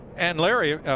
and larry.